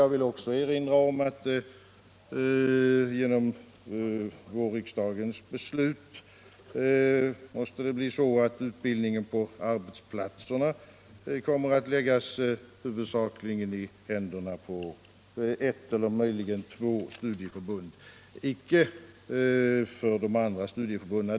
Jag vill också erinra om att vårriksdagens beslut måste innebära att utbildningen på arbetsplatserna kommer att läggas huvudsakligen i händerna på ett, eller möjligen två, studieförbund — icke de andra studieförbunden.